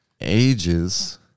ages